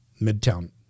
Midtown